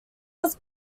was